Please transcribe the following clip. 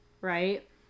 right